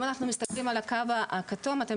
אם אנחנו מסתכלים על הקו הכתום אתם